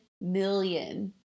million